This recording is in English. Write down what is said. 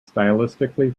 stylistically